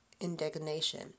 Indignation